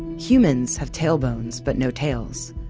humans have tailbones, but no tails.